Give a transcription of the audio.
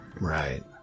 Right